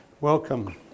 Welcome